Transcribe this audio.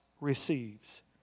receives